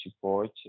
support